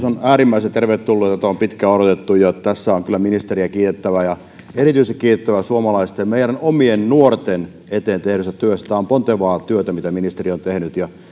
on äärimmäisen tervetullut ja sitä on pitkään odotettu tässä on kyllä ministeriä kiitettävä ja erityisesti kiitettävä suomalaisten meidän omien nuorten eteen tehdystä työstä tämä on pontevaa työtä mitä ministeri on tehnyt ja